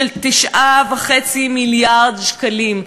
של 9.5 מיליארד שקלים.